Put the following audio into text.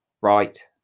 right